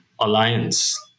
alliance